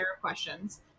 questions